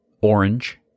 orange